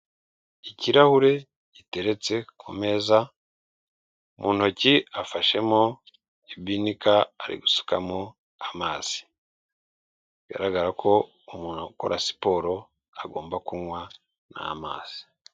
Ikirahure giteretse ku meza mu ntoki afashemo ibinika ari gusukamo amazi, bigaragara ko umuntu ukora siporo agomba kunywa n'amazi.